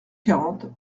quarante